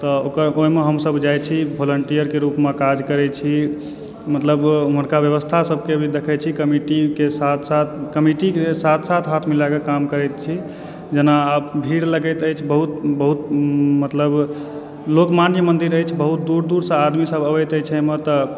आ ओकर ओहिमे हमसभ जाइ छी भोलन्टिअर के रूपमे काज करै छी मतलब उम्हुरका ब्यबस्था सभके भी दखै छी कमिटी के साथ साथ कमिटी के साथ साथ हाथ मिलैक काम करै छी जेना आब भीड़ लगैत अछि बहुत बहुत मतलब लोकमान्य मन्दिर अछि बहुत दूर दूरसँ आदमी सभ अबैत अछि एहिमे तऽ